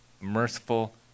merciful